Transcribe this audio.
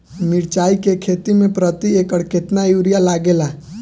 मिरचाई के खेती मे प्रति एकड़ केतना यूरिया लागे ला?